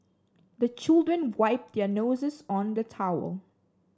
the children wipe their noses on the towel